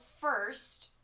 first